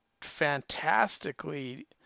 fantastically